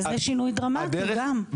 וזה שינוי דרמטי גם.